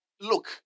Look